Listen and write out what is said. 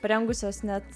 parengusios net